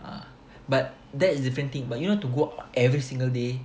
ah but that is different thing but you know to go out every single day